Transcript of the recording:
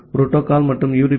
protocol மற்றும் UDP